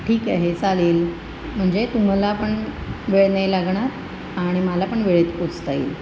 ठीक आहे चालेल म्हणजे तुम्हाला पण वेळ नाही लागणार आणि मला पण वेळेत पोचता येईल